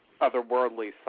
otherworldly